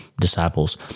disciples